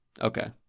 Okay